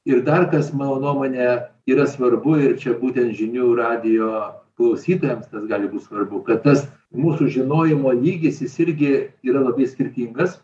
ir dar kas mano nuomone yra svarbu ir čia būtent žinių radijo klausytojams tas gali būt svarbu kad tas mūsų žinojimo lygis jis irgi yra labai skirtingas